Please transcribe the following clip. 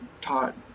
taught